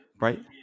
right